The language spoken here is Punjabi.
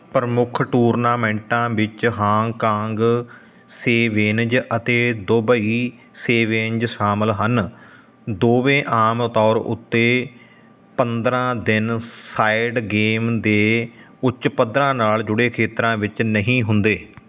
ਪ੍ਰਮੁੱਖ ਟੂਰਨਾਮੈਂਟਾਂ ਵਿੱਚ ਹਾਂਗਕਾਂਗ ਸੇਵੇਨਜ਼ ਅਤੇ ਦੁਬਈ ਸੇਵੇਨਜ਼ ਸ਼ਾਮਲ ਹਨ ਦੋਵੇਂ ਆਮ ਤੌਰ ਉੱਤੇ ਪੰਦਰਾਂ ਦਿਨ ਸਾਈਡ ਗੇਮ ਦੇ ਉੱਚ ਪੱਧਰਾਂ ਨਾਲ ਜੁੜੇ ਖੇਤਰਾਂ ਵਿੱਚ ਨਹੀਂ ਹੁੰਦੇ